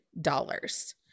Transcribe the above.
dollars